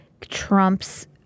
Trump's